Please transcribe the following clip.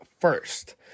first